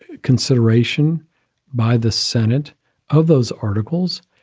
ah consideration by the senate of those articles,